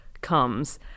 comes